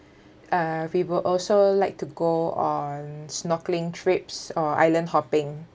uh we were also like to go on snorkeling trips or island-hopping